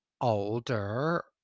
older